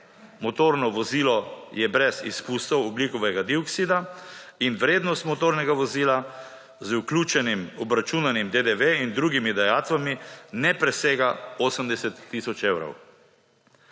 Motorno vozilo je brez izpustov ogljikovega dioksida in vrednost motornega vozila z vključenim obračunanim DDV in drugimi dajatvami ne presega 80 tisoč evrov.